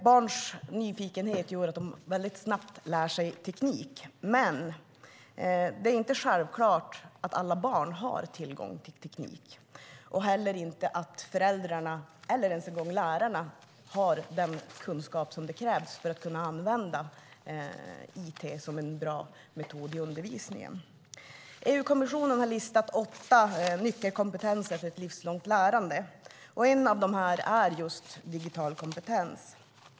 Barns nyfikenhet gör att de snabbt lär sig teknik. Men det är inte självklart att alla barn har tillgång till teknik och inte heller att föräldrarna eller ens en gång lärarna har den kunskap som krävs för att kunna använda it som en bra metod i undervisningen. EU-kommissionen har listat åtta nyckelkompetenser för ett livslångt lärande. En av dem är just digital kompetens.